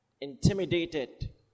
Intimidated